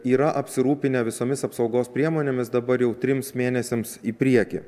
yra apsirūpinę visomis apsaugos priemonėmis dabar jau trims mėnesiams į priekį